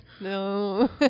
No